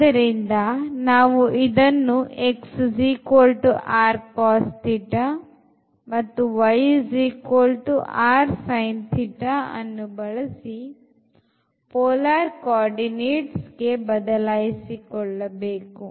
ಆದ್ದರಿಂದ ನಾವು ಇದನ್ನು x y ಅನ್ನು ಬಳಸಿ polar coordinatesಗೆ ಬದಲಾಯಿಸಿಕೊಳ್ಳಬೇಕು